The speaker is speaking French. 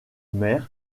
mer